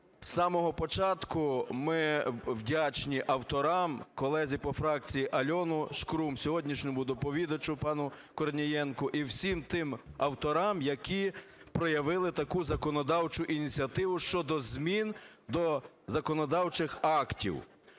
з самого початку ми вдячні авторам: колезі по фракції Альоні Шкрум, сьогоднішньому доповідачу пану Корнієнку і всім тим авторам, які проявили таку законодавчу ініціативу щодо змін до законодавчих актів.